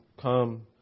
come